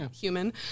human